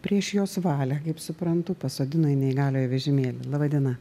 prieš jos valią kaip suprantu pasodino į neįgaliojo vežimėlį laba diena